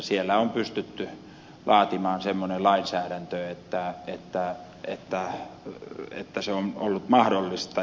siellä on pystytty laatimaan semmoinen lainsäädäntö että se on ollut mahdollista